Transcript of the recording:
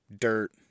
dirt